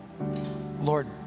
Lord